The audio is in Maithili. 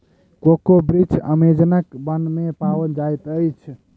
कोको वृक्ष अमेज़नक वन में पाओल जाइत अछि